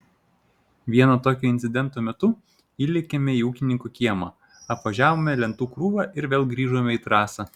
vieno tokio incidento metu įlėkėme į ūkininko kiemą apvažiavome lentų krūvą ir vėl grįžome į trasą